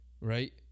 right